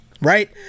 Right